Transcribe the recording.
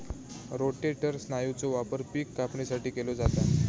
rotator स्नायूचो वापर पिक कापणीसाठी केलो जाता